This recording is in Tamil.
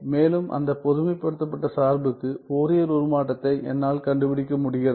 மேலும் அந்த பொதுமைப்படுத்தப்பட்ட சார்புக்கு ஃபோரியர் உருமாற்றத்தை என்னால் கண்டுபிடிக்க முடிகிறது